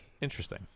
Interesting